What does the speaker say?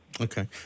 Okay